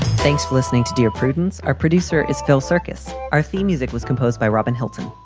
thanks for listening to dear prudence. our producer is phil circus. our theme music was composed by robin hilton.